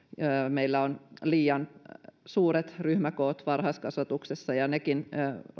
meillä on liian suuret ryhmäkoot varhaiskasvatuksessa ja nekin